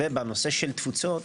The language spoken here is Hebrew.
בנושא תפוצות,